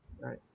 Right